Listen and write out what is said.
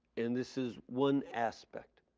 and this is one aspect.